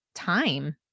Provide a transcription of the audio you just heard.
time